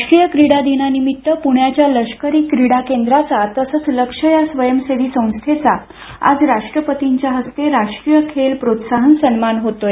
राष्ट्रीय क्रीडा दिनानिमित्त प्ण्याच्या लष्करी क्रीडा केंद्राचा तसंच लक्ष्य या स्वयंसेवी संस्थेचा आज राष्ट्रपतींच्या हस्ते राष्ट्रीय खेल प्रोत्साहन पुरस्कार देऊन सन्मान होणार आहे